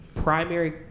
Primary